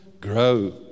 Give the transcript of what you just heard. grow